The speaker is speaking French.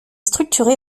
structurée